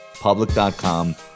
public.com